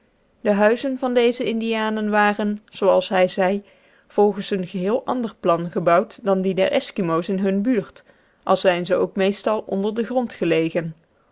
de huizen dezer indianen waren zooals hij zeide volgens een geheel ander plan gebouwd dan die der eskimo's in hunne buurt al zijn ze ook meestal onder den grond gelegen